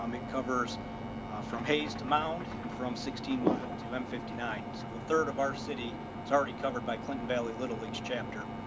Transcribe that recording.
um it covers from hayes to mound and from sixteen miles you, i'm fifty nine, so a third of our city is already covered by clinton valley little each chapter.